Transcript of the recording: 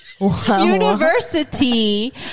University